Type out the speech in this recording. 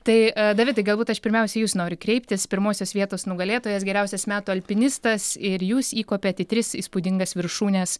tai davidai galbūt aš pirmiausia į jus noriu kreiptis pirmosios vietos nugalėtojas geriausias metų alpinistas ir jūs įkopėt į tris įspūdingas viršūnes